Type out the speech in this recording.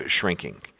shrinking